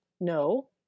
No